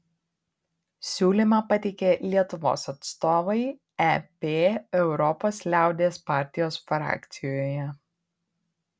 siūlymą pateikė lietuvos atstovai ep europos liaudies partijos frakcijoje